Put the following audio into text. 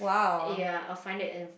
ya or find it in